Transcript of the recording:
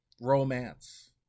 romance